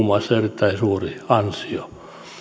muassa on erittäin suuri ansio